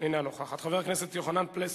אינה נוכחת, חבר הכנסת יוחנן פלסנר,